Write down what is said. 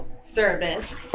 service